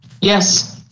Yes